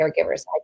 caregivers